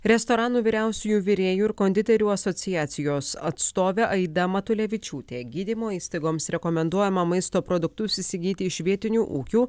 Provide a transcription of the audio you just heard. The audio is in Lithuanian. restoranų vyriausiųjų virėjų ir konditerių asociacijos atstovė aida matulevičiūtė gydymo įstaigoms rekomenduojama maisto produktus įsigyti iš vietinių ūkių